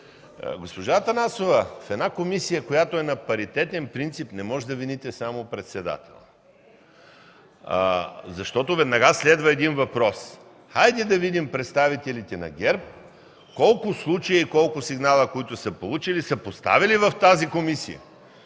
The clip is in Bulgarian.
Госпожо Атанасова, в една комисия, която е на паритетен принцип, не можете да вините само председателя, защото веднага следва един въпрос: хайде да видим представителите на ГЕРБ колко случаи, колко сигнали, които са получили, са поставили в тази комисия,